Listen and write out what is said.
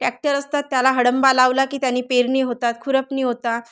tractor असतात त्याला हडंबा लावला की त्यानी पेरणी होतात खुरपणी होतात